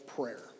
prayer